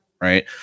Right